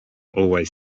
always